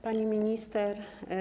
Pani Minister!